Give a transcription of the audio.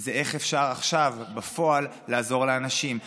זה איך אפשר עכשיו, בפועל, לעזור לאנשים.